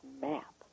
map